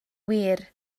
wir